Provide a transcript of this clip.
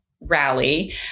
Rally